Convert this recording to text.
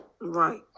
Right